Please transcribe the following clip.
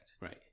Right